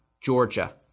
Georgia